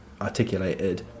articulated